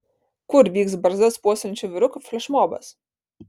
kur vyks barzdas puoselėjančių vyrukų flešmobas